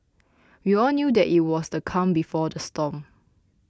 we all knew that it was the calm before the storm